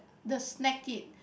the snack it